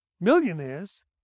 millionaires